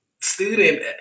student